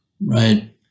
Right